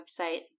website